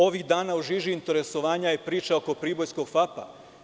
Ovih dana u žiži interesovanja je pričaoko pribojskog „Fapa“